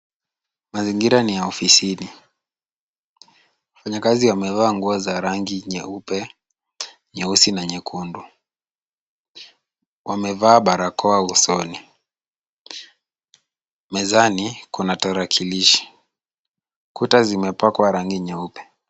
Mazingira ni ya ofisini. Wafanyakazi wamevaa nguo nyeupe, nyeusi na nyekundu. Wamevaa barakoa usoni. Mezani kuna tarakilishi. Kuta zimepakwa rangi nyeupe.